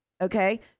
Okay